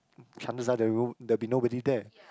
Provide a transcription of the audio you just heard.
chances are there will there will be nobody there